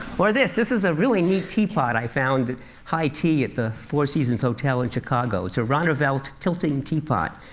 or this this is a really neat teapot i found at high tea at the four seasons hotel in chicago. it's a ronnefeldt tilting teapot.